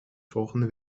volgende